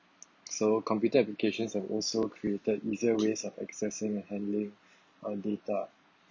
so computer applications have also created easier ways of accessing and handling our data